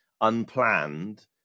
unplanned